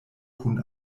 kun